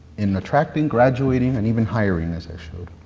in attracting graduating and even hiring, as i showed,